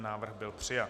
Návrh byl přijat.